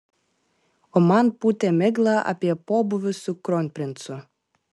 o man pūtė miglą apie pobūvius su kronprincu